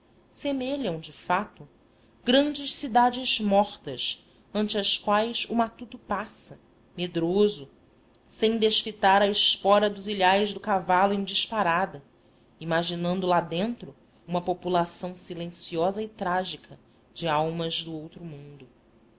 semelham de fato grandes cidades mortas ante as quais o matuto passa medroso sem desfitar a esposa dos ilhais de cavalo em disparada imaginando lá dentro uma população silenciosa e trágica de almas do outro mundo